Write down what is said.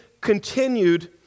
continued